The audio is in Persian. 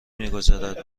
میگذارد